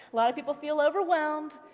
lot of people feels overwhelmed,